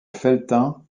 felletin